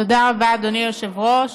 תודה רבה, אדוני היושב-ראש.